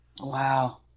Wow